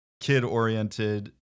kid-oriented